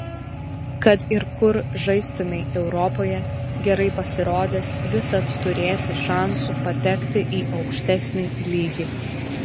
kad ir kur žaistumei europoje gerai pasirodęs visad turėsi šansų patekti į aukštesnį lygį